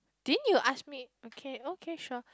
do you need to ask me okay okay sure